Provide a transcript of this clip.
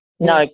No